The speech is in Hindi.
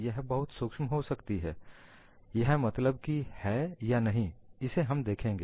यह बहुत सूक्ष्म हो सकती है यह मतलब की है या नहीं इसे हम देखेंगे